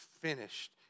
finished